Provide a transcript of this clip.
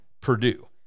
Purdue